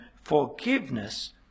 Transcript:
forgiveness